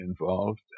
involved